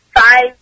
five